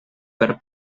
per